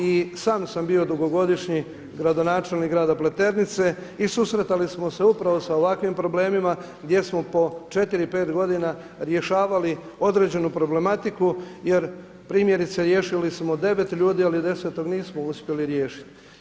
I sam sam bio dugogodišnji gradonačelnik grada Pleternice i susretali smo se upravo sa ovakvim problemima gdje smo po 4, 5 godina rješavali određenu problematiku jer primjerice riješili smo 9 ljudi ali 10-tog nismo uspjeli riješiti.